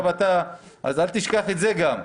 אז אל תשכח גם את זה.